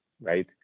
right